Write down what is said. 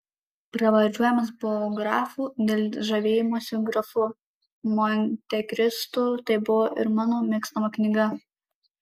pravardžiuojamas buvo grafu dėl žavėjimosi grafu montekristu tai buvo ir mano mėgstama knyga